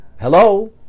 hello